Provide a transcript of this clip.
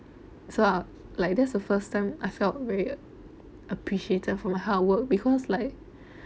so I like that's the first time I felt very a~ appreciated for my hard work because like